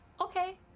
Okay